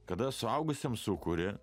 kada suaugusiam sukuri